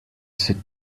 sit